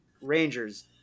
Rangers